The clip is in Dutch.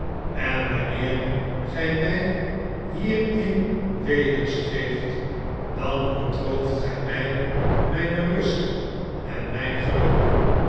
en wanneer gij mij hierin wederstreeft dan ontrooft gij mij mijne rust en mijn geluk